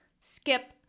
skip